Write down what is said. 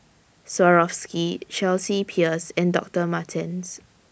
Swarovski Chelsea Peers and Doctor Martens